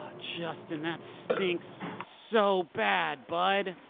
ah justin, that stinks so bad, bud!